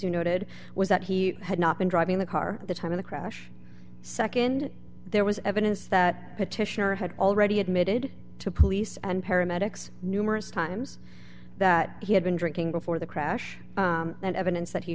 you noted was that he had not been driving the car at the time of the crash nd there was evidence that petitioner had already admitted to police and paramedics numerous times that he had been drinking before the crash and evidence that he